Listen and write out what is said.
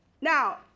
Now